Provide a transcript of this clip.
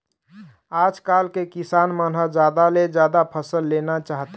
आजकाल के किसान मन ह जादा ले जादा फसल लेना चाहथे